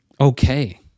okay